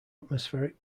atmospheric